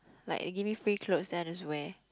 like you give me free clothes then I just wear